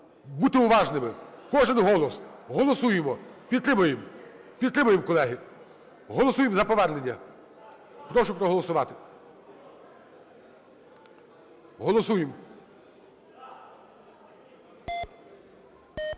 Бути уважними. Кожен голос. Голосуємо. Підтримуємо. Підтримуємо, колеги. Голосуємо за повернення. Прошу проголосувати. Голосуємо.